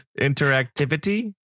Interactivity